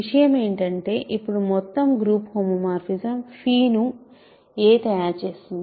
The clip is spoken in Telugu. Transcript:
విషయం ఏంటంటే ఇప్పుడు మొత్తం గ్రూప్ హోమోమార్ఫిజం ను a తయారుచేస్తుంది